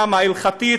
גם ההלכתית,